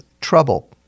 trouble